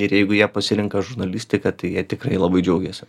ir jeigu jie pasirenka žurnalistiką tai jie tikrai labai džiaugiasi